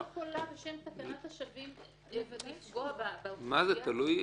אני לא יכולה בשם תקנת השבים לפגוע באוכלוסייה הזאת.